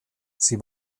sie